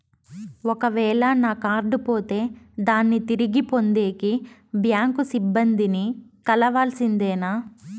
ఒక వేల నా కార్డు పోతే దాన్ని తిరిగి పొందేకి, బ్యాంకు సిబ్బంది ని కలవాల్సిందేనా?